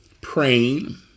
praying